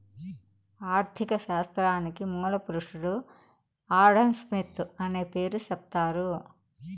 ఆర్ధిక శాస్త్రానికి మూల పురుషుడు ఆడంస్మిత్ అనే పేరు సెప్తారు